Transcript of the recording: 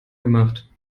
gemacht